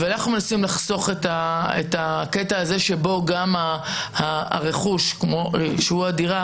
ואנחנו מנסים לחסוך את הקטע הזה שבו גם הרכוש הדירה